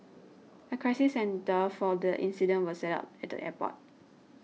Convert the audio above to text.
a crisis centre for the incident was set up at the airport